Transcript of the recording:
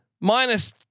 Minus